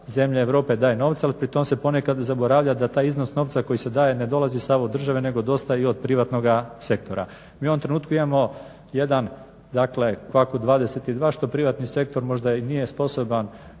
zemlja Europe daje novca ali pritom se ponekad zaboravlja da taj iznos novca koji se daje ne dolazi sav od države nego dosta i od privatnoga sektora. Mi u ovom trenutku imamo jedan dakle kvaku 22 što privatni sektor možda i nije sposoban